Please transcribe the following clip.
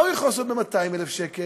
מה הוא יכול לעשות ב-200,000 שקל?